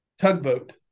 tugboat